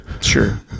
sure